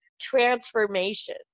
transformation